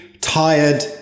tired